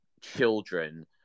children